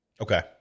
Okay